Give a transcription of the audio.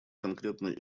конкретный